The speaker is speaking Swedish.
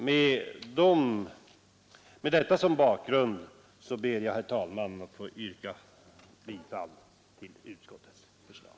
Med detta som bakgrund ber jag, herr talman, att få yrka bifall till utskottets hemställan.